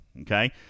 Okay